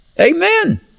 Amen